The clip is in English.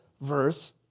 verse